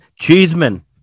Cheeseman